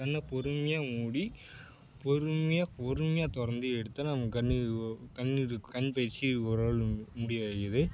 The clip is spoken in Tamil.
கண்ணை பொறுமையாக மூடி பொறுமையாக பொறுமையாக திறந்து எடுத்தால் நம்ம கண் இது கண் இது கண் பயிற்சி ஓரளவு மு முடிவடையுது